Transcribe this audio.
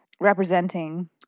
representing